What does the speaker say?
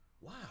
wow